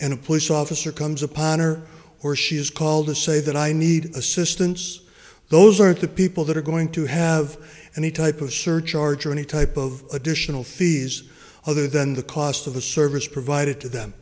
and a police officer comes upon her or she is called to say that i need assistance those are the people that are going to have any type of surcharge or any type of additional fees other than the cost of the service provided to them